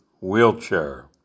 wheelchair